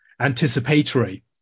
anticipatory